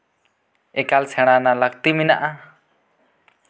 ᱮᱠᱟᱞ ᱥᱮᱬᱟ ᱨᱮᱱᱟᱜ ᱞᱟᱹᱠᱛᱤ ᱢᱮᱱᱟᱜᱼᱟ